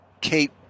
kate